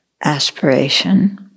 aspiration